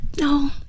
no